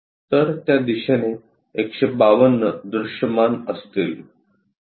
तर त्या दिशेने 152 दृश्यमान असतील